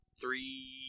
three